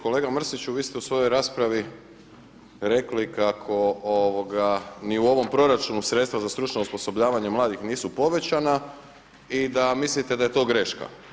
Kolega Mrsiću vi ste u svojoj raspravi reli kako ni u ovom proračunu sredstva za stručno osposobljavanje mladih nisu povećana i da mislite da je to greška.